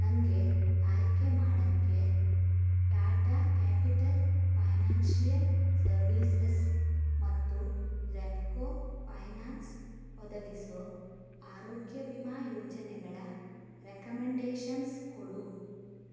ನನಗೆ ಆಯ್ಕೆ ಮಾಡೋಕ್ಕೆ ಟಾಟಾ ಕ್ಯಾಪಿಟಲ್ ಫೈನಾನ್ಷಿಯಲ್ ಸರ್ವೀಸಸ್ ಮತ್ತು ರೆಪ್ಕೋ ಫೈನಾನ್ಸ್ ಒದಗಿಸೋ ಆರೋಗ್ಯ ವಿಮಾ ಯೋಜನೆಗಳ ರೆಕಮೆಂಡೇಷನ್ಸ್ ಕೊಡು